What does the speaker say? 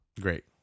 Great